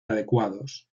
adecuados